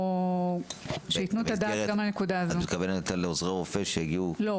את מתכוונת לעוזרי רופא שהגיעו -- לא,